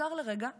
עצר לרגע ושאל: